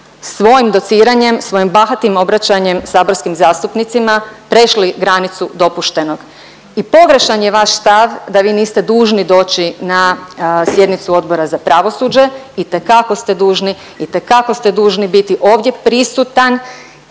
svojim dociranjem, svojim bahatim obraćanjem saborskim zastupnicima prešli granicu dopuštenog i pogrešan je vaš stav da vi niste dužni doći na sjednicu Odbora za pravosuđe, itekako ste dužni, itekako ste dužni biti ovdje prisutan